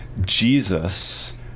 Jesus